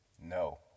No